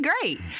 great